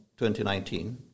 2019